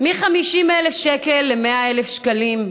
מ-50,000 שקל ל-100,000 שקלים.